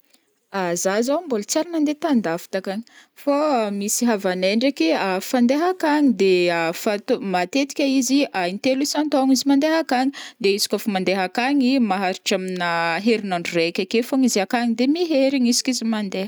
zaho zao mbola tsiary nandeha t'andafy takagny, fao misy havanay ndraiky fandeha akagny, de fatao- matetiky izy in-telo isan-taogno izy mandeha akagny, de izy kaofa mandeha akagny maharitra amina herin'andro raiky akeo fogna izy akagny de miherign, isaky izy mandeha.